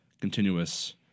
continuous